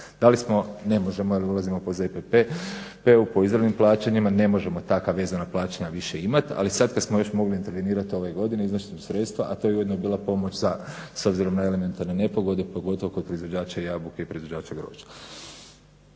Dali smo, ne možemo jer ulazimo pod ZPP, te po izravnim plaćanjima ne možemo takva vezana plaćanja više imati, ali sad kad smo već mogli intervenirat ove godine izdašna sredstva, a to je ujedno i bila pomoć sad s obzirom na elementarne nepogode pogotovo kod proizvođača jabuka i proizvođača grožđa.